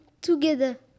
together